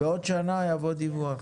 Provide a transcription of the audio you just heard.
בעוד שנה יבוא דיווח.